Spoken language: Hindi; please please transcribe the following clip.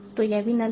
तो यह भी null है